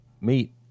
meet